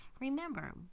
Remember